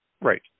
Right